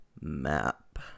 map